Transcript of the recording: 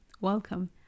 Welcome